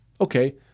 okay